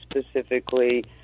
specifically